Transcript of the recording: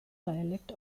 dialect